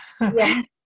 yes